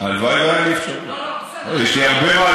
הלוואי שהייתה לי אפשרות.